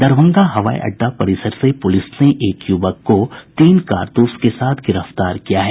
दरभंगा हवाई अड्डा परिसर से पुलिस ने एक युवक को तीन कारतूस के साथ गिरफ्तार किया है